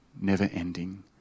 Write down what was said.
never-ending